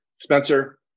Spencer